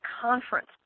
conference